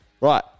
Right